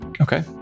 Okay